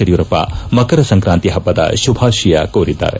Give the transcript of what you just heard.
ಯಡಿಯೂರಪ್ಪ ಮಕರ ಸಂಕ್ರಾಂತಿ ಹಬ್ಬದ ಶುಭಾಶಯ ಕೋರಿದ್ದಾರೆ